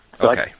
Okay